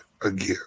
again